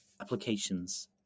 applications